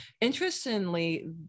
Interestingly